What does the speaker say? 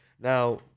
Now